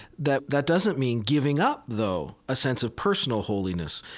that that doesn't mean giving up, though, a sense of personal holiness.